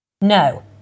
No